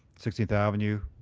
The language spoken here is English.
sixteenth avenue,